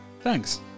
thanks